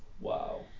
Wow